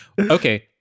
Okay